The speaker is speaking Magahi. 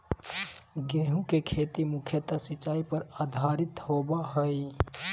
गेहूँ के खेती मुख्यत सिंचाई पर आधारित होबा हइ